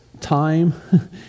time